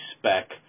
spec